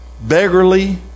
beggarly